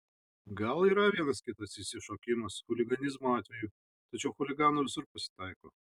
gal yra vienas kitas išsišokimas chuliganizmo atvejų tačiau chuliganų visur pasitaiko